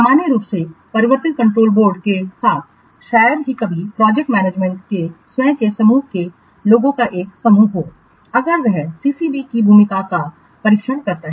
सामान्य रूप से परिवर्तित कंट्रोल बोर्ड के साथ शायद ही कभी प्रोजेक्ट मैनेजमेंट के स्वयं के समूह के लोगों का एक समूह हो अगर वह CCB की भूमिका का परीक्षण करता है